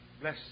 Bless